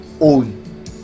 own